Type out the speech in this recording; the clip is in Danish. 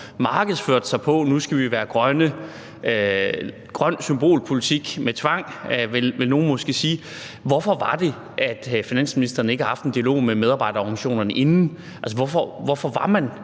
markedsførte sig på: Nu skal vi være grønne – grøn symbolpolitik med tvang vil nogle måske sige. Hvorfor er det, at finansministeren ikke har haft en dialog med medarbejderorganisationerne inden? Altså, hvorfor